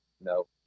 No